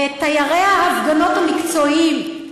ותיירי ההפגנות המקצועיים,